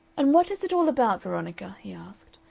and what is it all about, veronica? he asked,